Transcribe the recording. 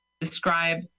Describe